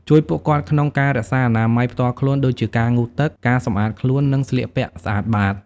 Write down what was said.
ជួយពួកគាត់ក្នុងការរក្សាអនាម័យផ្ទាល់ខ្លួនដូចជាការងូតទឹក ការសម្អាតខ្លួន និងស្លៀកពាក់ស្អាតបាត។